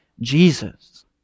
Jesus